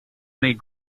made